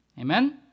Amen